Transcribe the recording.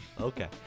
okay